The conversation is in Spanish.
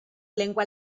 lengua